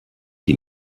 die